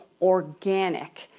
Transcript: organic